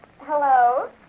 Hello